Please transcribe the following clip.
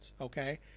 okay